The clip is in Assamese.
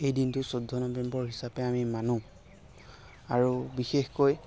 এই দিনটো আমি চৈধ্য নৱেম্বৰ হিচাপে আমি মানো আৰু বিশেষকৈ